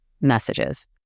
messages